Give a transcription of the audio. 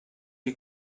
you